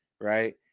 right